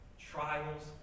trials